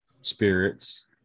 spirits